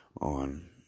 on